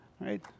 right